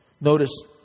notice